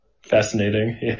Fascinating